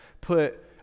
put